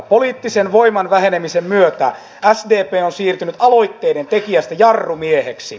poliittisen voiman vähenemisen myötä sdp on siirtynyt aloitteiden tekijästä jarrumieheksi